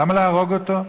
למה להרוג אותו?